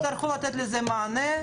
אתם תצטרכו לתת לזה מענה,